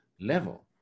level